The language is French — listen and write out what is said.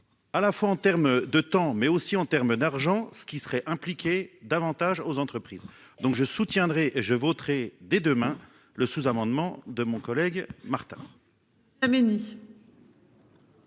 À la fois en termes de temps, mais aussi en termes d'argent, ce qui serait impliquée davantage aux entreprises. Donc je soutiendrai je voterai dès demain le sous-amendement de mon collègue, Martin.